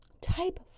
Type